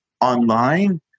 online